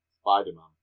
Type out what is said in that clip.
Spider-Man